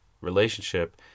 relationship